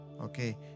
Okay